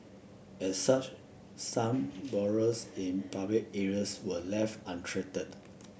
as such some burrows in public areas were left untreated